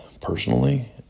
personally